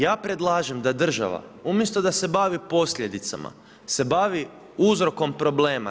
Ja predlažem da država umjesto da se bavi posljedicama, da se bavi uzrokom problema.